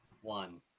One